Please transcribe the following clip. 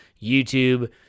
YouTube